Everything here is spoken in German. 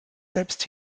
selbst